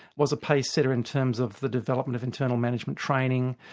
was a pacesetter in terms of the development of internal management training,